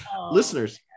listeners